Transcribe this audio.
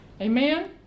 Amen